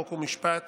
חוק ומשפט